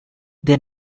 they